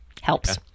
helps